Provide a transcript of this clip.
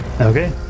Okay